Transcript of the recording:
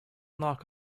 knock